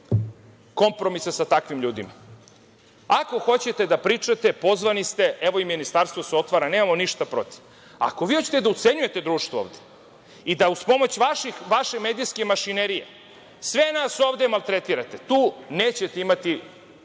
kompromisa sa takvim ljudima. Ako hoćete da pričate, pozvani ste. Evo, i ministarstva su otvorena, nemamo ništa protiv. Ako vi hoćete da ucenjujete društvo ovde i da uz pomoć vaše medijske mašinerije sve nas ovde maltretirate, tu nećete imati